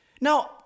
Now